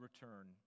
return